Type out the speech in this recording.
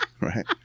Right